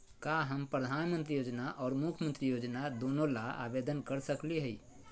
का हम प्रधानमंत्री योजना और मुख्यमंत्री योजना दोनों ला आवेदन कर सकली हई?